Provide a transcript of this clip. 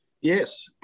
yes